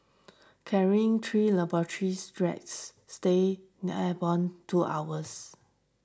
carrying three laboratory rats stayed airborne two hours